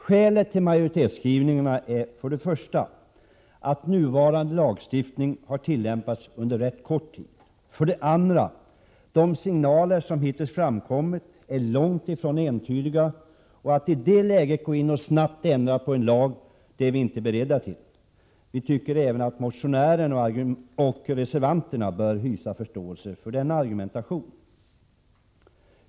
Skälet till majoritetsskrivningarna är för det första att nuvarande lagstiftning har tillämpats under rätt kort tid och för det andra att de signaler som hittills framkommit är långt ifrån entydiga. Att i det läget gå in och snabbt ändra på lagen är vi inte beredda till. Vi tycker att även motionärerna och reservanterna bör hysa förståelse för denna argumentation.